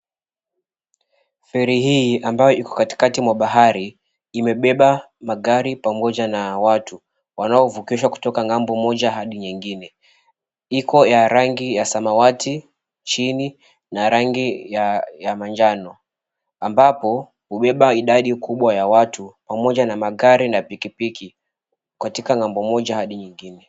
Feri hii ambayo iko katikati mwa bahari imebeba magari pamoja na watu wanaovukishwa kutoka ng'ambo moja hadi nyingine. Iko ya rangi ya samawati chini na rangi ya manjano ambapo hubeba idadi kubwa ya watu pamoja na magari na pikipiki katika ng'ambo moja hadi nyingine.